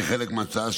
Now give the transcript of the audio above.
כחלק מההצעה,